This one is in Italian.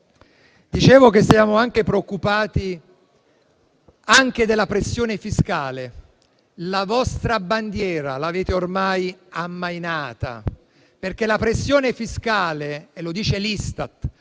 Dicevo che siamo preoccupati anche per la pressione fiscale. La vostra bandiera l'avete ormai ammainata, perché la pressione fiscale - lo dice l'Istat